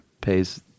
pays